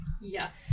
Yes